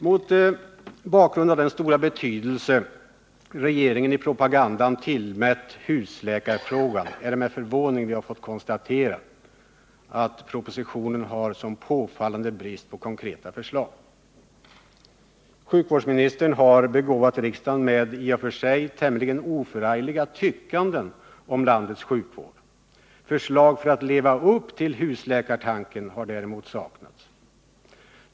Mot bakgrund av den stora betydelse regeringen i propagandan tillmätt husläkarfrågan är det med förvåning vi har fått konstatera att propositionen har sådan påfallande brist på konkreta förslag. Sjukvårdsministern har begåvat riksdagen med i och för sig tämligen oförargliga tyckanden om landets sjukvård. Förslag till hur man skall leva upp till husläkartanken har däremot saknats.